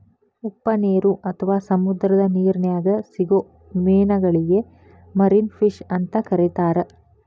ಉಪ್ಪನೇರು ಅತ್ವಾ ಸಮುದ್ರದ ನಿರ್ನ್ಯಾಗ್ ಸಿಗೋ ಮೇನಗಳಿಗೆ ಮರಿನ್ ಫಿಶ್ ಅಂತ ಕರೇತಾರ